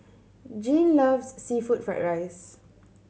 Jean loves seafood fried rice